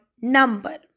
number